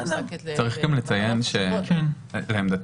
צריך גם לציין שעמדתנו,